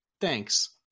Thanks